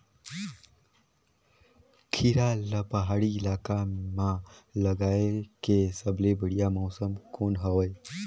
खीरा ला पहाड़ी इलाका मां लगाय के सबले बढ़िया मौसम कोन हवे?